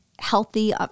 healthy